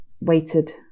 waited